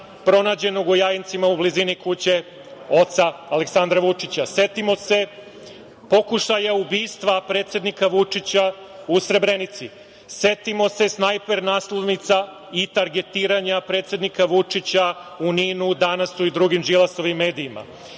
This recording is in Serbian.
pronađenog u Jajincima u blizini kuće oca Aleksandra Vučića. Setimo se pokušaja ubistva predsednika Vučića u Srebrenici. Setimo se snajper naslovnica i targetiranja predsednika Vučića u „NIN-u“, „Danasu“ i drugim Đilasovim medijima.